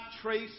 trace